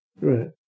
Right